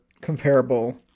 comparable